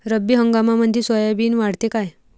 रब्बी हंगामामंदी सोयाबीन वाढते काय?